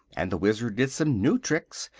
and the wizard did some new tricks,